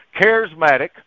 charismatic